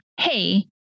hey